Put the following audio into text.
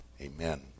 Amen